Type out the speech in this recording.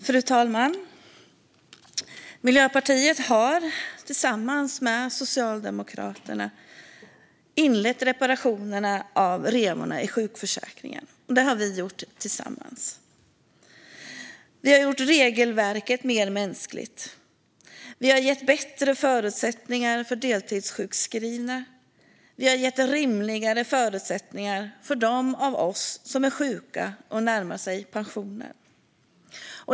Fru talman! Miljöpartiet har tillsammans med Socialdemokraterna inlett reparationen av revorna i sjukförsäkringen. Vi har gjort regelverket mer mänskligt. Vi har gett bättre förutsättningar för deltidssjukskrivna. Vi har gett rimligare förutsättningar för dem av oss som är sjuka och närmar sig pensionen.